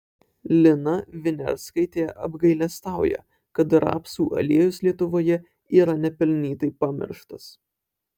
lina viniarskaitė apgailestauja kad rapsų aliejus lietuvoje yra nepelnytai pamirštas